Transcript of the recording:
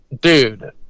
dude